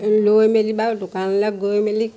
লৈ মেলি বাৰু দোকানলে গৈ মেলি